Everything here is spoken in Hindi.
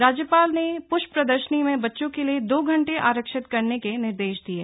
राज्यपाल ने पुष्प प्रदर्शनी में बच्चों के लिए दो घण्टे आरक्षित करने के निर्देश दिये